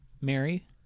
Mary